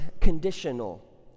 conditional